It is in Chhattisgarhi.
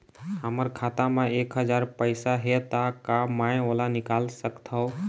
हमर खाता मा एक हजार पैसा हे ता का मैं ओला निकाल सकथव?